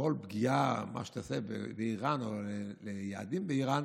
שכל פגיעה שתעשה באיראן או ביעדים באיראן,